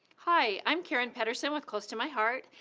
hi, i'm karen pederson with close to my heart,